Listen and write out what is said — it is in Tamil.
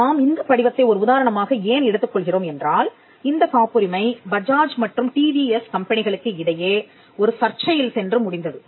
நாம் இந்தப் படிவத்தை ஒரு உதாரணமாக ஏன் எடுத்துக் கொள்கிறோம் என்றால் இந்தக் காப்புரிமை பஜாஜ் மற்றும் டிவிஎஸ் கம்பெனிகளுக்கு இடையே ஒரு சர்ச்சையில் சென்று முடிந்தது